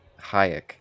Hayek